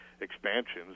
expansions